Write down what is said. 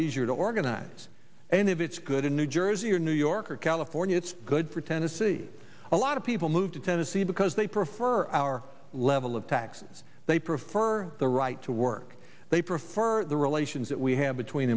easier to organize and if it's good in new jersey or new york or california it's good for tennessee a lot of people move to tennessee because they prefer our level of taxes they prefer the right to work they prefer the relations that we have between